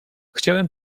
chciałem